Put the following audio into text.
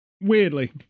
weirdly